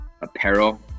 apparel